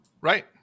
right